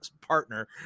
partner